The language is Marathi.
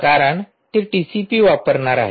कारण ती टीसीपी वापरणार आहे